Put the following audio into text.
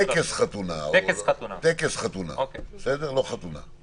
טקס חתונה לדרגה ראשונה.